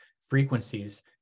frequencies